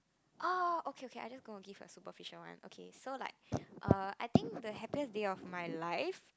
oh okay okay I just gonna give a superficial one okay so like err I think the happiest day of my life